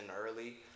early